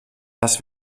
das